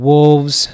Wolves